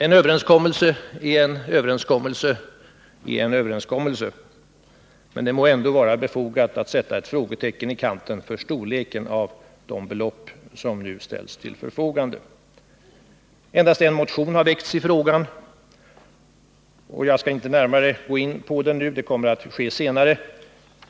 En överenskommelse är en överenskommelse är en överenskommelse. Men det må ändå vara befogat att sätta ett frågetecken i kanten för storleken av de belopp som nu ställs till förfogande. Endast en motion har väckts i frågan. Jag skall inte närmare gå in på den nu, eftersom den tas upp senare.